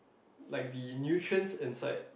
like the nutrient inside